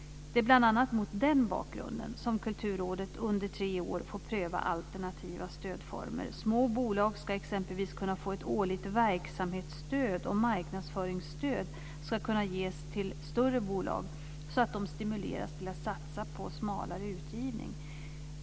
Det är bl.a. mot den bakgrunden som Kulturrådet under tre år får pröva alternativa stödformer. Små bolag ska exempelvis kunna få ett årligt verksamhetsstöd, och marknadsföringsstöd ska kunna ges till större bolag så att de stimuleras till att satsa på smalare utgivning.